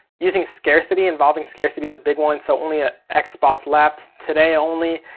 using scarcity, involving scarcity is a big one, so only ah x spots left, today only,